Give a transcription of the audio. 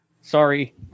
Sorry